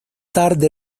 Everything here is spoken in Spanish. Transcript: tarde